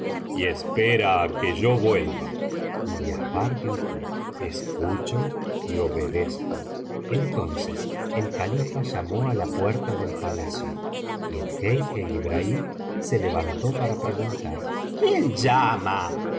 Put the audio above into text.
y espera á que yo vuelva y giafar dijo escucho y obedezco entonces el califa llamó á la puerta del palacio y el jeique ibrahim se levantó para preguntar quién llama